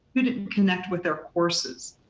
who didn't connect with their courses?